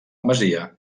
masia